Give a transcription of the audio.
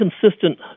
consistent